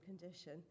condition